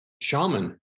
shaman